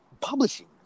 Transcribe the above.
publishing